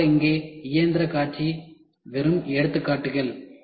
நிச்சயமாக இங்கே இயந்திர காட்சி வெறும் எடுத்துக்காட்டுகள்